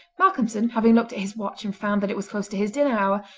malcolmson having looked at his watch, and found that it was close to his dinner hour,